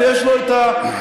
ויש לו את הנתונים.